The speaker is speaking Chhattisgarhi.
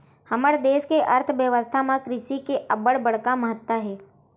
हमर देस के अर्थबेवस्था म कृषि के अब्बड़ बड़का महत्ता हे